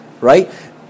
right